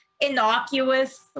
innocuous